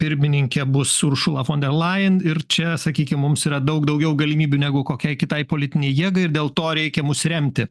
pirmininkė bus uršula fonderlajen ir čia sakykim mums yra daug daugiau galimybių negu kokiai kitai politinei jėgai ir dėl to reikia mus remti